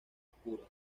oscuras